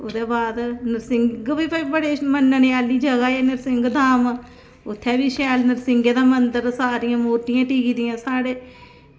ते बड़ी मन्ने आह्ली जगह ऐ नरसिंह धाम इत्थें बी शैल नरसिंहें दा मंदर सारियां मुरतियां टिकी दियां साढ़े